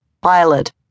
pilot